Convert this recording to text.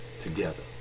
together